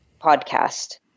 podcast